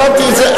הבנתי את זה,